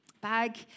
bag